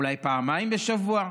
אולי פעמיים בשבוע?